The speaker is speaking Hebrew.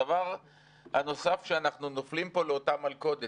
הדבר הנוסף הוא שאנחנו נופלים פה לאותה מלכודת.